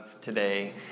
today